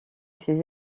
ses